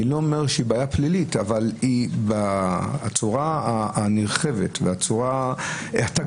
אני לא אומר שזאת בעיה כללית אבל היא בצורה הנרחבת ובצורה התקדימית,